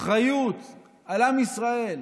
אחריות על עם ישראל,